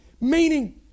meaning